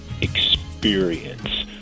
experience